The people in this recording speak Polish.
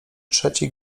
trzeci